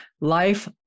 Life